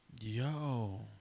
Yo